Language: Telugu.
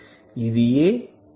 ఇదియే d